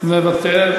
אני מוותר בסיבוב הזה.